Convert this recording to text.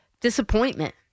disappointment